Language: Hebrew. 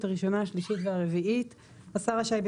הראשונה השלישית והרביעית 58א.השר רשאי,